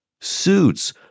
Suits